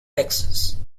texas